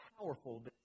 powerful